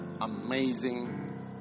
amazing